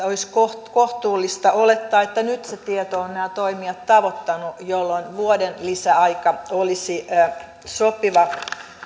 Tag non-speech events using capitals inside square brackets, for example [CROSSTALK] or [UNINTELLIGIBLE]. [UNINTELLIGIBLE] olisi kohtuullista olettaa että nyt se tieto on nämä toimijat tavoittanut jolloin vuoden lisäaika olisi sopiva